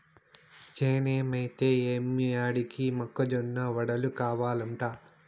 చేనేమైతే ఏమి ఆడికి మొక్క జొన్న వడలు కావలంట